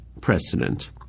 precedent